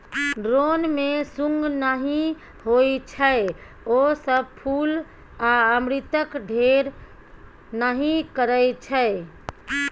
drone मे सुंग नहि होइ छै ओ सब फुल आ अमृतक ढेर नहि करय छै